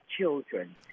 children